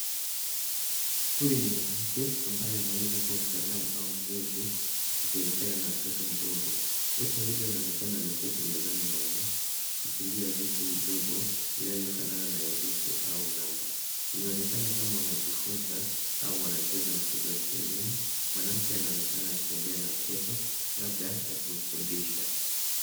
Huyu ni mwanamke ambaye anaweza kuwa mtaalamu au mlezi akishirikiana na mtoto mdogo. Wote wawili wanaonekana wameketi mezani na wanashikilia vitu vidogo vinavyofanana na herufi au namba. Inaonekana kama wanajifunza au wanacheza mchezo ya kielimu. Mwanamke anaonekana akiongea na mtoto labda akimfundisha.